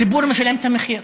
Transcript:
הציבור משלם את המחיר.